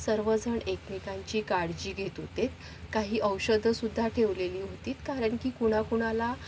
सर्वजण एकमेकांची काळजी घेत होते काही औषधंसुद्धा ठेवलेली होती कारण की कुणाकुणाला